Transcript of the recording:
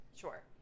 Sure